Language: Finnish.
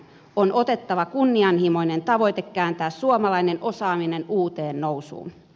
on otettava kunnianhimoinen tavoite kääntää suomalainen osaaminen uuteen nousuun